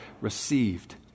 received